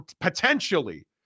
potentially